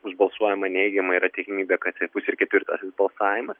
bus balsuojama neigiamai yra tikimybė kad bus ir ketvirtasis balsavimas